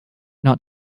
not